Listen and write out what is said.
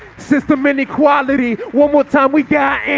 system in equality one more time we can.